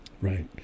Right